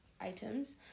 items